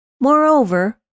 Moreover